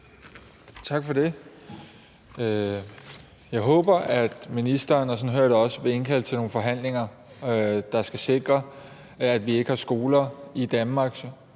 Tak for det. Jeg håber, at ministeren – og sådan hører jeg det også – vil indkalde til nogle forhandlinger, der skal sikre, at vi ikke har skoler i Danmark,